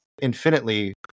infinitely